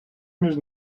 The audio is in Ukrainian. між